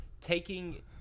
taking